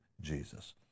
Jesus